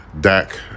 Dak